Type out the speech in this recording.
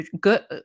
good